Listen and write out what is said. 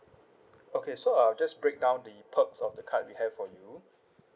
okay so I'll just break down the perks of the card we have for you